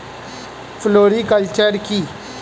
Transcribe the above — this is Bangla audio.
ফ্লোরিকালচার কি?